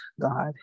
God